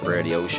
Radio